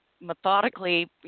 methodically